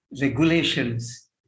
regulations